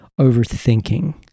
overthinking